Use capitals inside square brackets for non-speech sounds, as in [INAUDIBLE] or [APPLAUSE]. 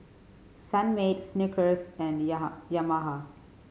Sunmaid Snickers and [UNINTELLIGIBLE] Yamaha